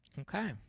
Okay